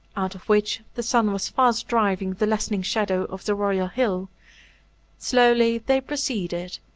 out of which the sun was fast driving the lessening shadow of the royal hill slowly they proceeded,